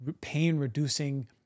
pain-reducing